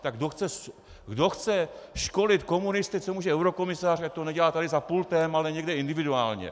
Tak kdo chce školit komunisty, co může eurokomisař, ať to nedělá tady za pultem, ale někde individuálně.